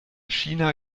china